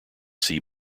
sea